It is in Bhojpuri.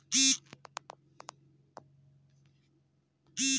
ट्रांसफर फंड से तोहार खाता पअ कवनो ढेर खतरा नाइ बाटे